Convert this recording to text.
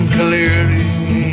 clearly